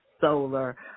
solar